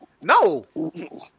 No